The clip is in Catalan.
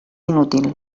inútil